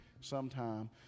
sometime